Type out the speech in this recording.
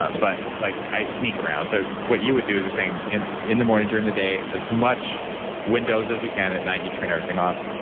but but like i sneak around, so what you would do is you're saying, in in the morning, during the day, as much windows as you can, at night you turn everything off.